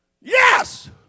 Yes